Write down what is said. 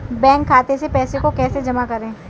Bank खाते से पैसे को कैसे जमा करें?